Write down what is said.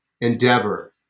endeavor